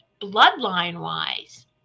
bloodline-wise